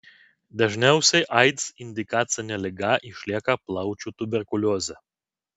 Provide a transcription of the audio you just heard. dažniausia aids indikacinė liga išlieka plaučių tuberkuliozė